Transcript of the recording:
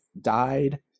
died